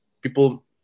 people